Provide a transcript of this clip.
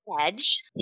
Edge